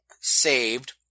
saved